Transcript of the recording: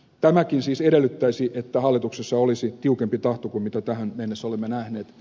tämäkin siis edellyttäisi että hallituksessa olisi tiukempi tahto kuin mitä tähän mennessä olemme nähneet